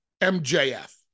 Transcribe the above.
MJF